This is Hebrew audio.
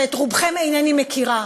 שאת רובכם אינני מכירה,